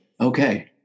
Okay